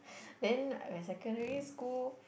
then my secondary school